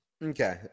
Okay